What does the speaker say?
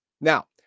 Now